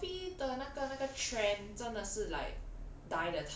dalgona coffee 的那个那个 trend 真的是 like